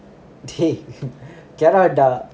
டேய் கிழவன் டா:dei kizhavan da